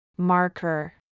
Marker